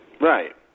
Right